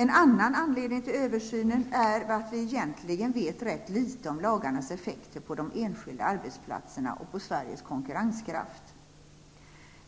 En annan anledning till översynen är att vi egentligen vet rätt litet om lagarnas effekter på de enskilda arbetsplatserna och på Sveriges konkurrenskraft.